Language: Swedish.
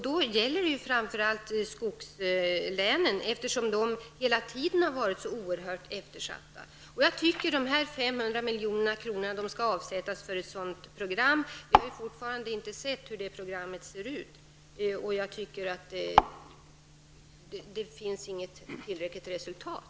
Det gäller framför allt skogslänen, eftersom vägarna där hela tiden har varit så oerhört eftersatta. Jag tycker att dessa 500 milj.kr. skall avsättas för ett sådant program, men vi har fortfarande inte sett hur detta program ser ut. Jag tycker att det inte finns något tillräckligt resultat.